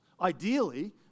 ideally